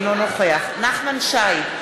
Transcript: אינו נוכח נחמן שי,